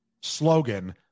slogan